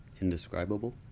Indescribable